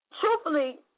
truthfully